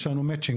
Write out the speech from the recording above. יש לנו מאצ'ינג,